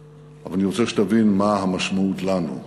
אבל אני רוצה שתבין מה המשמעות לנו.